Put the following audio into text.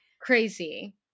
Crazy